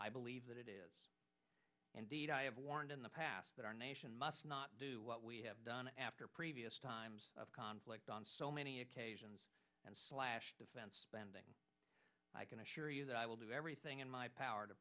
i believe that it is indeed i have warned in the past that our nation must not do what we have done after previous times of conflict on so many occasions and slash defense spending i can assure you that i will do everything in my power to